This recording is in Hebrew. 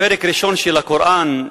הפרק הראשון של הקוראן,